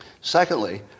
Secondly